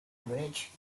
bridge